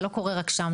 זה לא קורה רק שם,